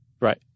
Right